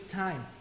time